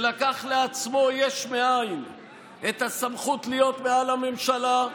שלקח לעצמו יש מאין את הסמכות להיות מעל הממשלה,